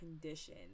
condition